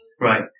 Right